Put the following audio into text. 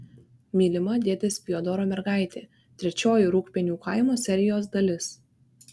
mylima dėdės fiodoro mergaitė trečioji rūgpienių kaimo serijos dalis